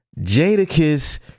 Jadakiss